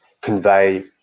convey